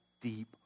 deep